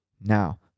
Now